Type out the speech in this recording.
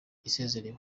isezerewe